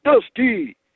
Dusty